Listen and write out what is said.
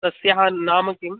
तस्याः नाम किं